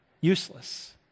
Useless